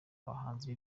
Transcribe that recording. abahanzi